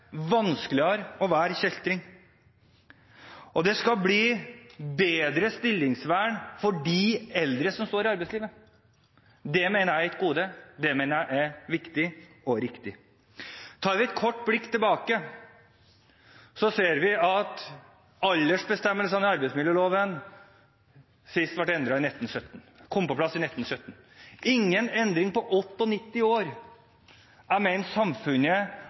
vanskeligere å være kjeltring. Og det skal bli bedre stillingsvern for de eldre som står i arbeidslivet. Det mener jeg er et gode, det mener jeg er viktig og riktig. Tar vi et kort blikk tilbake, ser vi at aldersbestemmelsene som nå er i arbeidsmiljøloven, kom på plass i 1917 – ingen endring på 98 år. Jeg mener samfunnet